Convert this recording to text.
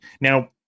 Now